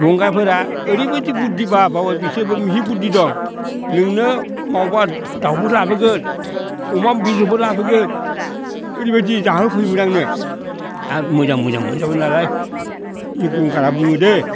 गंगारफोरा ओरैबायदि बुद्धि बारामोन बिसोरबो बुद्दि दं नोंनो मावबा दाउबो लाबोगोन अमा बेदरबो लाबोगोन ओरैबायदि जाहोफैयोमोन आंनो आरो मोजां मोजां मोनजाबाय नालाय गंगारा बुङो दै